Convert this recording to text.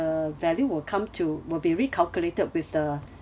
value will come to will be recalculated with the